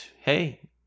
hey